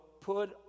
Put